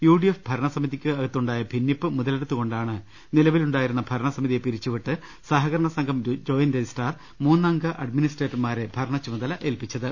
UDF ഭരണസമിതിയ്ക്കകത്തുണ്ടായ ഭിന്നിപ്പ് മുത ലെടുത്തുകൊണ്ടാണ് നിലവിലുണ്ടായിരുന്ന ഭരണസമിതിയെ പിരിച്ചുവിട്ട് സഹകരണ സംഘം ജോയിന്റ് രജിസ്ട്രാർ മൂന്നംഗ അഡ്മിനിസ്ട്രേറ്റർമാരെ ഭരണച്ചുമതല ഏൽപ്പിച്ചത്